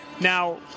now